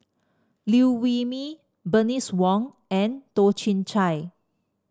Liew Wee Mee Bernice Wong and Toh Chin Chye